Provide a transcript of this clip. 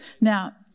Now